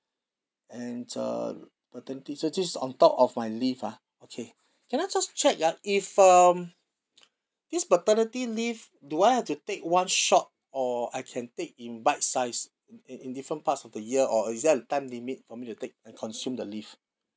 and the paternity so just on top of my leave ah okay can I just check ya if um this paternity leave do I have to take one shot or I can take in bite size in in different parts of the year or is there a time limit for me to take and consume the leave